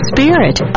Spirit